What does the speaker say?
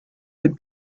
would